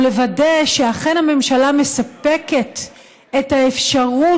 הוא לוודא שאכן הממשלה מספקת את האפשרות